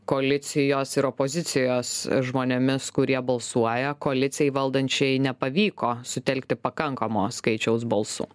koalicijos ir opozicijos žmonėmis kurie balsuoja koalicijai valdančiai nepavyko sutelkti pakankamo skaičiaus balsų